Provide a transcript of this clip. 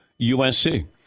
USC